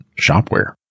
shopware